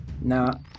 Now